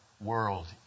world